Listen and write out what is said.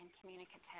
communicative